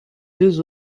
deux